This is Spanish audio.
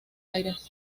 aires